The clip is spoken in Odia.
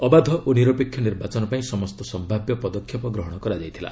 ଅବାଧ ଓ ନିରପେକ୍ଷ ନିର୍ବାଚନ ପାଇଁ ସମସ୍ତ ସମ୍ଭାବ୍ୟ ପଦକ୍ଷେପ ଗ୍ରହଣ କରାଯାଇଥିଲା